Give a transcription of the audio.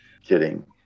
kidding